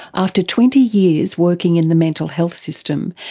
after twenty years working in the mental health system,